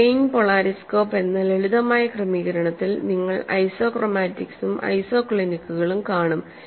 ഒരു plane polariscope എന്ന ലളിതമായ ക്രമീകരണത്തിൽ നിങ്ങൾ ഐസോക്രോമാറ്റിക്സും ഐസോക്ലിനിക്കുകളും കാണും